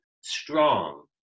strong